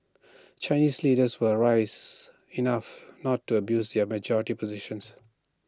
Chinese leaders were rise enough not to abuse yet majority positions